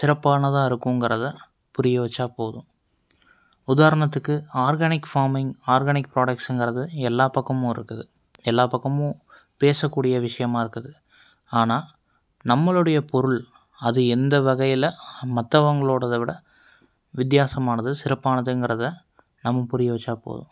சிறப்பானதாக இருக்குங்கறதை புரியவச்சா போதும் உதாரணத்துக்கு ஆர்ஹானிக் ஃபார்மிங் ஆர்ஹானிக் புரொடக்ஷன்கிறது எல்லாப் பக்கமும் இருக்குது எல்லா பக்கமும் பேசக்கூடிய விஷ்யமாக இருக்குது ஆனால் நம்மளுடைய பொருள் அது எந்த வகையில் மற்றவங்களோடதவிட வித்தியாசமானது சிறப்பானதுங்கிறதை நம்ம புரிய வச்சாப் போதும்